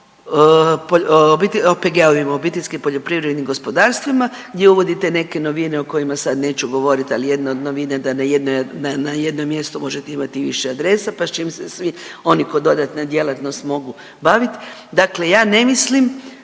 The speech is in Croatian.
OPG-ovima, obiteljskim poljoprivrednim gospodarstvima gdje uvodite neke novine o kojima sada neću govoriti, ali jedna od novina je da na jednom mjestu možete imati i više adresa pa će im se svi oni kao dodatna djelatnost mogu baviti. Dakle, ja ne mislim